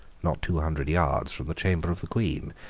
not two hundred yards from the chamber of the queen.